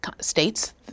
states